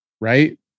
right